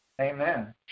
Amen